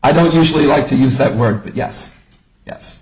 i don't usually like to use that word but yes yes